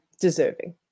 deserving